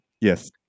Yes